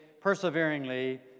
perseveringly